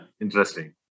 interesting